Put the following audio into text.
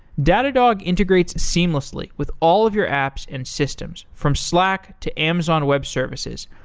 datadog integrates seamlessly with all of your apps and systems, from slack to amazon web services,